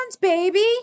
baby